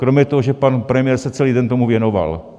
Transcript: Kromě toho, že pan premiér se celý den tomu věnoval.